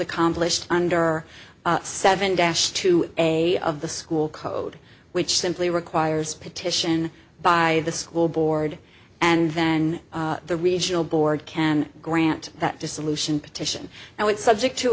accomplished under seven dash two a of the school code which simply requires petition by the school board and then the regional board can grant that dissolution petition and would subject to